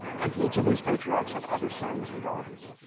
and each of these patriarchs had other sons and daughters.